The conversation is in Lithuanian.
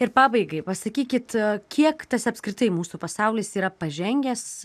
ir pabaigai pasakykit kiek tas apskritai mūsų pasaulis yra pažengęs